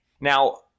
Now